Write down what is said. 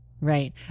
Right